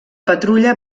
patrulla